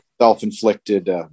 Self-inflicted